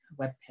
webpage